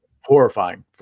horrifying